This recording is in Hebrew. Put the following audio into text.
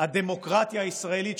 הדמוקרטיה הישראלית,